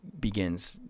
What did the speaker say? begins